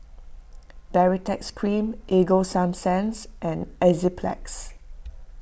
Baritex Cream Ego Sunsense and Enzyplex